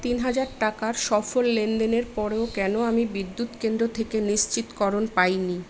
তিন হাজার টাকার সফল লেনদেনের পরেও কেন আমি বিদ্যুৎ কেন্দ্র থেকে নিশ্চিতকরণ পাই নি